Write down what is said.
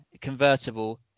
convertible